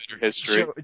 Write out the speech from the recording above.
history